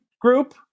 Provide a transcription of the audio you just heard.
group